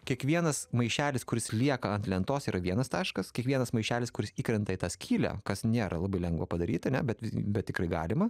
kiekvienas maišelis kuris lieka ant lentos yra vienas taškas kiekvienas maišelis kuris įkrenta į tą skylę kas nėra labai lengva padaryti ane bet bet tikrai galima